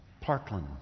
Parkland